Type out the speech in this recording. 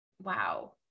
Wow